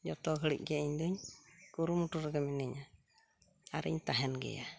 ᱡᱚᱛᱚ ᱜᱷᱟᱹᱲᱤᱡ ᱜᱮ ᱤᱧᱫᱚᱧ ᱠᱩᱨᱩᱢᱩᱴᱩ ᱨᱮᱜᱮ ᱢᱤᱱᱟᱹᱧᱟ ᱟᱨᱤᱧ ᱛᱟᱦᱮᱱ ᱜᱮᱭᱟ